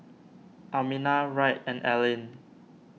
Almina Wright and Allyn